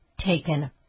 Taken